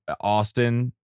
Austin